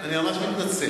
אני ממש מתנצל.